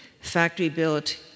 Factory-built